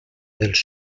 dels